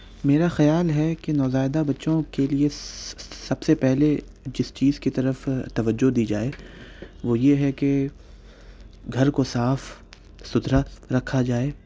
میرا خیال ہے کہ نوزائیدہ بچوں کے لیے سب سے پہلے جس چیز کی طرف توجہ دی جائے وہ یہ ہے کہ گھر کو صاف ستھرا رکھا جائے